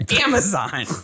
Amazon